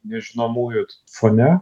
nežinomųjų fone